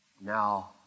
Now